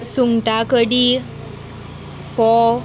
सुंगटा कडी फोव